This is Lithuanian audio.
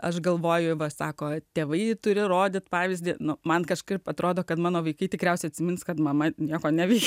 aš galvoju va sako tėvai turi rodyt pavyzdį nu man kažkaip atrodo kad mano vaikai tikriausiai atsimins kad mama nieko neveikė